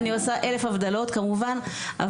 להבדיל אלף הבדלות כמובן.